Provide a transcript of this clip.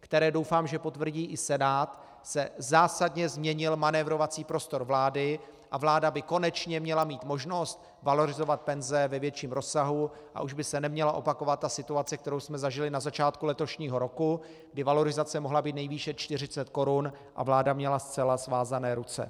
které doufám potvrdí i Senát, se zásadně změnil manévrovací prostor vlády a vláda by konečně měla mít možnost valorizovat penze ve větším rozsahu a už by se neměla opakovat situace, kterou jsme zažili na začátku letošního roku, kdy valorizace mohla být nejvýše 40 korun a vláda měla zcela svázané ruce.